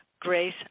grace